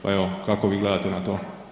Pa evo, kako bi gledate na to.